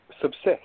subsist